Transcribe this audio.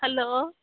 hello